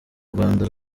rwanda